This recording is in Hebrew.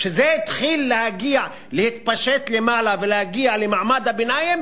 כשזה התחיל להתפשט למעלה ולהגיע למעמד הביניים,